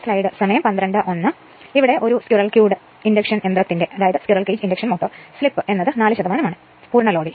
ഇനി ഉള്ളത് ഒരു സ്ക്വിറൽ കൂട് ഇൻഡക്ഷൻ യന്ത്രത്തിന്റെ സ്ലിപ് എന്ന് ഉള്ളത് 4 ആണ് മുഴുവൻ ലോഡിൽ